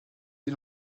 des